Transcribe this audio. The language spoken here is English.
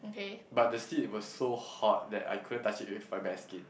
but the seat was so hot that I couldn't touch it with my bare skin